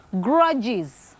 grudges